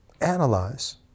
Analyze